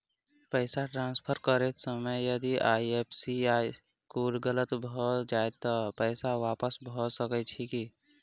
पैसा ट्रान्सफर करैत समय यदि आई.एफ.एस.सी कोड गलत भऽ जाय तऽ पैसा वापस भऽ सकैत अछि की?